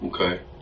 okay